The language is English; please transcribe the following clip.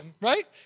right